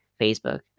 Facebook